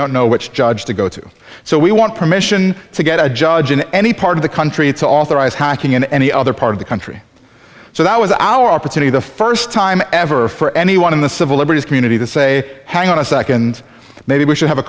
don't know which judge to go to so we want permission to get a judge in any part of the country to authorize hacking in any other part of the country so that was our opportunity the first time ever for anyone in the civil liberties community to say hang on a second maybe we should have a